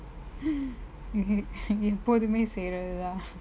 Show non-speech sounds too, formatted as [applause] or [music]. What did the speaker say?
[laughs] எப்பொதுமே செய்யருதுதா:yeppothume seiyaruthuthaa